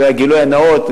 בשביל הגילוי הנאות,